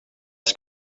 els